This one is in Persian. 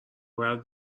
باید